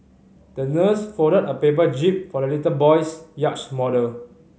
the nurse folded a paper jib for the little boy's yacht model